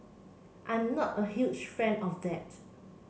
I'm not a huge fan of that